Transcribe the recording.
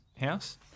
house